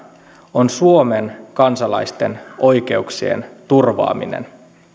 on suomen kansalaisten oikeuksien turvaaminen